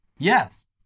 Yes